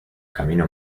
camino